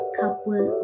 couple